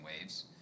waves